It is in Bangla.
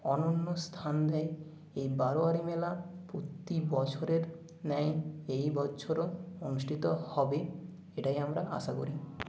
অনন্য স্থান দেয় এই বারোয়ারি মেলা প্রতি বছরের ন্যায় এই বছরও অনুষ্ঠিত হবে এটাই আমরা আশা করি